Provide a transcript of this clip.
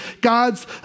God's